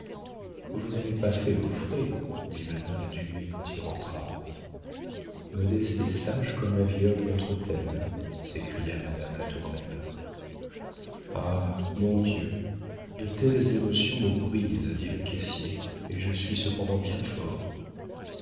vous n'avez pas fait vos frais dit le nain à dumay quand il rentra modeste est sage comme la vierge de notre autel s'écria madame latournelle ah mon dieu de telles émotions me brisent dit le caissier et je suis cependant bien fort